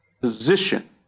position